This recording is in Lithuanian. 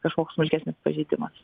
kažkoks smulkesnis pažeidimas